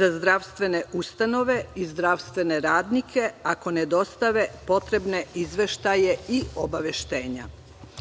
za zdravstvene ustanove i zdravstvene radnike ako ne dostave potrebne izveštaje i obaveštenja. Odredbe